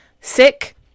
sick